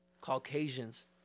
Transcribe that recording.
Caucasians